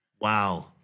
Wow